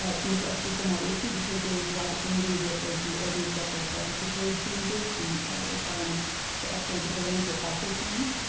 seems to us to be somewhat risky because there's the opportunity that as the oregon structural specialty code changes the requirements to upgrade the buildings will also change.